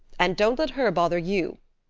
and don't let her bother you.